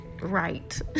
right